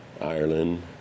Ireland